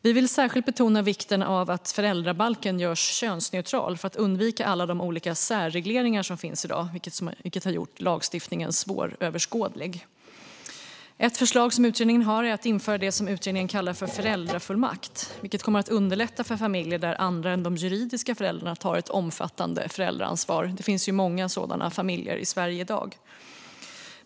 Vi vill särskilt betona vikten av att föräldrabalken görs könsneutral för att undvika de olika särregleringar som finns i dag och som har gjort lagstiftningen svåröverskådlig. Ett förslag är att införa det utredningen kallar föräldrafullmakt, vilket kommer att underlätta för familjer där andra än de juridiska föräldrarna tar ett omfattande föräldraansvar. Det finns ju många sådana familjer i Sverige i dag.